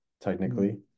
Technically